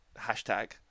Hashtag